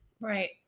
Right